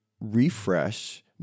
refresh